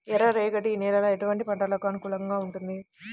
ఎర్ర రేగడి నేల ఎటువంటి పంటలకు అనుకూలంగా ఉంటుంది?